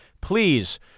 please